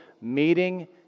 Meeting